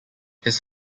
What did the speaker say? his